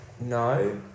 no